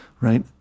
right